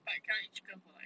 but cannot eat chicken for life